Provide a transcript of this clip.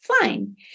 Fine